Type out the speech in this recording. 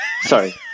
sorry